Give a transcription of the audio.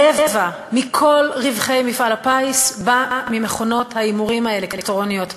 רבע מכל רווחי מפעל הפיס בא ממכונות ההימורים האלקטרוניות,